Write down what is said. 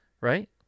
right